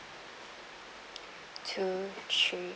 two three